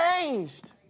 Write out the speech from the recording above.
changed